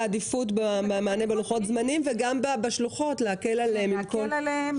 גם עדיפות בלוחות הזמנים וגם בשלוחות להקל עליהם.